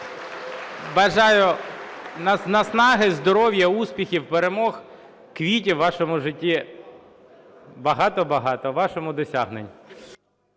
Бажаю наснаги, здоров'я, успіхів, перемог, квітів у вашому житті, багато-багато досягнень!